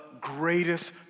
greatest